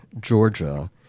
georgia